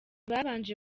babanje